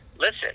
Listen